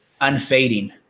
unfading